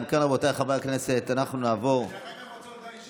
אם כן, רבותיי חברי הכנסת, אנחנו נעבור להצבעה.